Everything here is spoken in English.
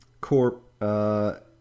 corp